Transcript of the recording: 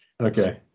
Okay